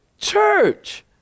church